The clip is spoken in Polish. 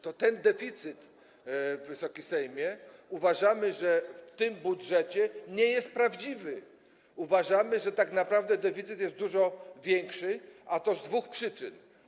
Ten deficyt, Wysoki Sejmie, uważamy, że w tym budżecie nie jest prawdziwy, uważamy, że tak naprawdę deficyt jest dużo większy, a to z dwóch przyczyn.